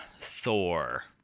Thor